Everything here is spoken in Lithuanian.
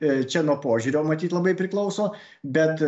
čia nuo požiūrio matyt labai priklauso bet